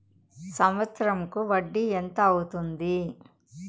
సంవత్సరం కు వడ్డీ ఎంత అవుతుంది?